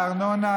לארנונה,